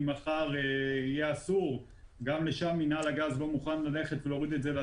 גם את העבירות האלו שמופיעות בעונשין,